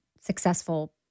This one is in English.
successful